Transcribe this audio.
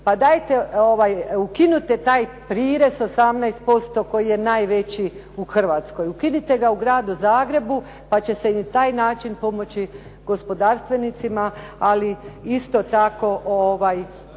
Pa dajte ukinite taj prirez 18% koji je najveći u Hrvatskoj. Ukinite ga u Gradu Zagrebu, pa će se na taj način pomoći gospodarstvenicima, ali isto tako